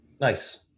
Nice